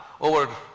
over